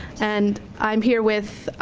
and i'm here with